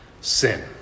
sin